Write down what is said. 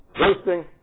roasting